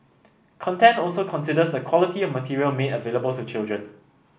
content also considers the quality of material made available to children